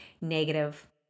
negative